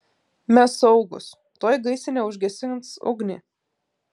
mes saugūs tuoj gaisrinė užgesins ugnį